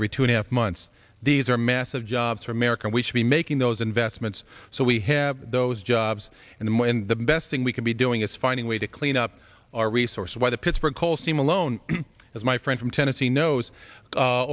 every two and a half months these are massive jobs for america we should be making those investments so we have those jobs and then when the best thing we can be doing is finding a way to clean up our resource why the pittsburgh coal seam alone as my friend from tennessee knows